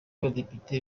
abadepite